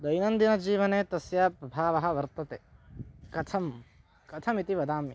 दैनन्दिनजीवने तस्य प्रभावः वर्तते कथं कथमिति वदामि